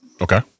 Okay